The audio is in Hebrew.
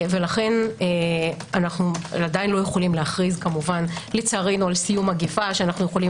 לכן אנו עדיין לא יכולים להכריז לצערנו על סיום מגפה שאנו יכולים